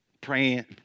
praying